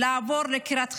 לעבור לקריית חיים,